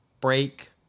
Break